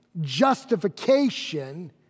justification